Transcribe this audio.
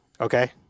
okay